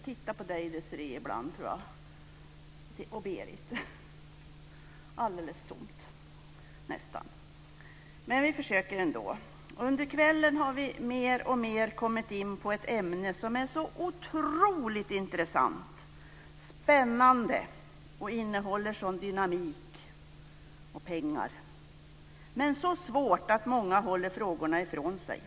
I övrigt är här nästan alldeles tomt. Men jag gör ändå ett försök. Vi har under kvällen mer och mer kommit in på ett ämne som är oerhört intressant och spännande och som innehåller mycket av dynamik och pengar. Men det är så svårt att många håller frågorna ifrån sig.